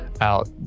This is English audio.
out